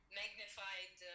magnified